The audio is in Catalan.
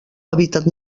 hàbitat